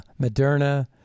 Moderna